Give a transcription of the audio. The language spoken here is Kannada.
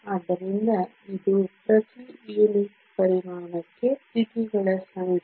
ಆದ್ದರಿಂದ ಇದು ಪ್ರತಿ ಯೂನಿಟ್ ಪರಿಮಾಣಕ್ಕೆ ಸ್ಥಿತಿಗಳ ಸಂಖ್ಯೆ